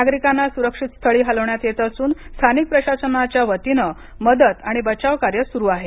नागरिकांना सुरक्षित स्थळी हलवण्यात येत असून स्थानिक प्रशासनाच्या वतीनं मदत आणि बचाव कार्य सुरू आहे